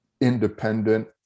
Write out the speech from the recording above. independent